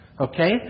Okay